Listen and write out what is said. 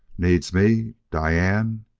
needs me? diane?